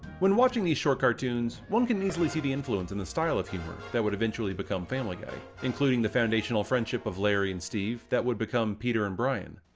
when watching these short cartoons, one can easily see the influence in the style of humor, that would eventually become family guy, including the foundational friendship of larry and steve, that would become peter and brian.